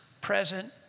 present